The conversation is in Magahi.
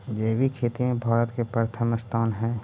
जैविक खेती में भारत के प्रथम स्थान हई